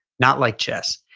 not like chess.